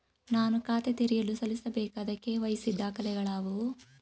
ನಾನು ಖಾತೆ ತೆರೆಯಲು ಸಲ್ಲಿಸಬೇಕಾದ ಕೆ.ವೈ.ಸಿ ದಾಖಲೆಗಳಾವವು?